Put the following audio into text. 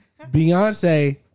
Beyonce